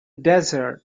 desert